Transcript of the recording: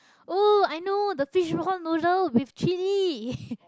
!oh! i know the fishball-noodle with chilli